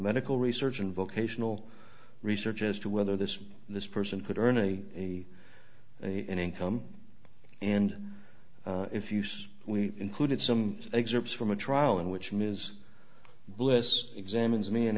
medical research and vocational research as to whether this this person could earn a a in income and if use we included some excerpts from a trial in which ms bliss examines me and